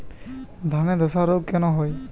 ধানে ধসা রোগ কেন হয়?